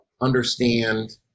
understand